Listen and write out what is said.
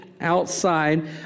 outside